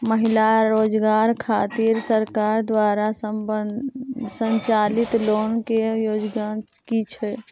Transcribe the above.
महिला रोजगार खातिर सरकार द्वारा संचालित लोन के योग्यता कि छै?